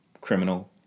criminal